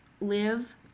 live